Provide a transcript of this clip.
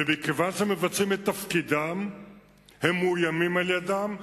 ומכיוון שהם מבצעים את תפקידם הם מאוימים על-ידם,